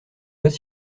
pas